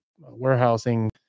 warehousing